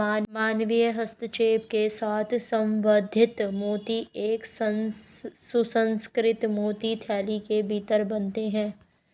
मानवीय हस्तक्षेप के साथ संवर्धित मोती एक सुसंस्कृत मोती थैली के भीतर बनते हैं